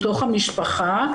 בתוך המשפחה,